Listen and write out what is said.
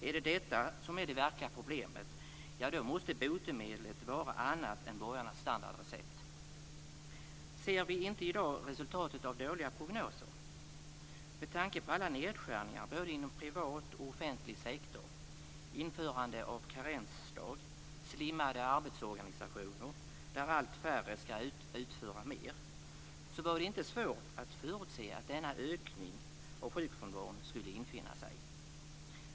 Är det detta som är det verkliga problemet, måste botemedlet vara något annat än borgarnas standardrecept. Ser vi inte i dag resultatet av dåliga prognoser? Med tanke på alla nedskärningar inom både privat och offentlig sektor, införande av karensdag och slimmade arbetsorganisationer, där allt färre ska utföra mer, var det inte svårt att förutse att denna ökning av sjukfrånvaron skulle infinna sig.